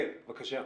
כן, בבקשה.